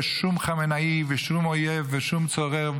ושום חמינאי ושום אויב ושום צורר,